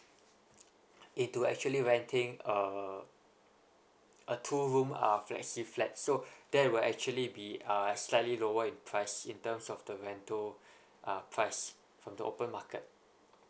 into actually renting uh a two room uh flexi flat so that will actually be uh slightly lower in price in terms of the rental uh plus from the open market